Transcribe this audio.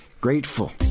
grateful